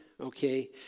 okay